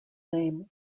name